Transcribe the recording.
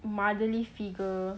motherly figure